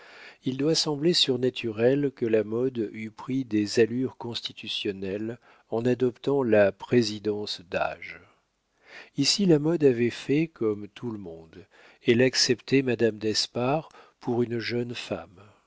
il doit sembler surnaturel que la mode eût pris des allures constitutionnelles en adoptant la présidence d'âge ici la mode avait fait comme tout le monde elle acceptait madame d'espard pour une jeune femme